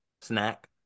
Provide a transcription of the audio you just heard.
snack